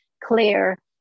clear